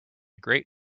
great